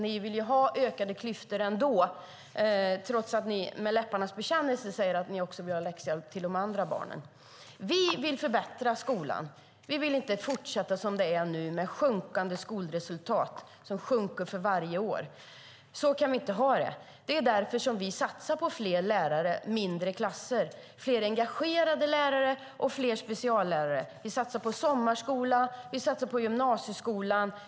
Ni vill ändå ha ökade klyftor trots att ni med läpparnas bekännelse säger att ni vill ha läxhjälp också till de andra barnen. Vi vill förbättra skolan. Vi vill inte fortsätta som det är nu med skolresultat som sjunker för varje år. Så kan vi inte ha det. Det är därför vi satsar på fler lärare, mindre klasser, fler engagerade lärare och fler speciallärare. Vi satsar på sommarskola och gymnasieskolan.